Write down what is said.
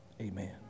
Amen